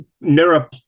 mirror